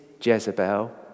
Jezebel